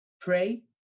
pray